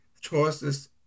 Choices